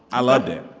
i loved it,